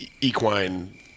equine